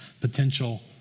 potential